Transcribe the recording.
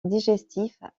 digestive